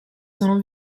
sono